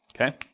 Okay